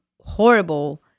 horrible